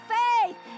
faith